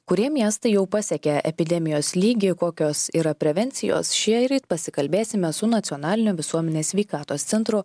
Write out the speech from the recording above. kurie miestai jau pasiekė epidemijos lygį kokios yra prevencijos šie ryt pasikalbėsime su nacionalinio visuomenės sveikatos centro